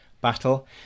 battle